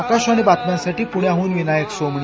आकाशवाणी बातम्यांसाठी पुण्याह्न विनायक सोमणी